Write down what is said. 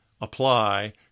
apply